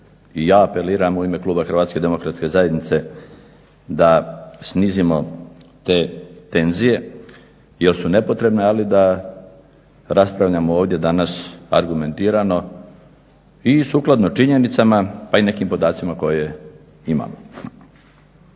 I ja apeliram u ime kluba Hrvatske demokratske zajednice da snizimo te tenzije jer su nepotrebne, ali da raspravljamo ovdje danas argumentirano i sukladno činjenicama, pa i nekim podacima koje imamo.